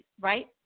right